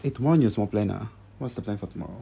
eh tomorrow 有什么 plan ah what's the plan for tomorrow